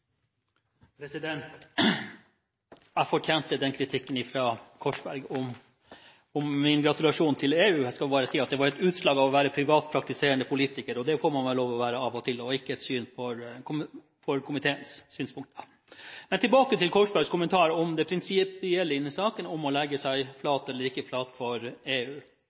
minutt. Jeg fortjente kritikken fra Korsberg om min gratulasjon til EU. Jeg vil bare si at det var et utslag av å være privatpraktiserende politiker, og det får man vel lov til å være av og til og ikke bare politiker for komiteens synspunkter. Tilbake til Korsbergs kommentar om det prinsipielle i denne saken, om å legge seg flat eller ikke flat for EU.